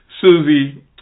Susie